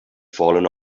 fallen